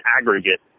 aggregate